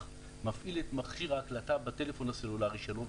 מפעיל את מכשיר ההקלטה בטלפון הסלולרי שלו,